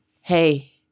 Hey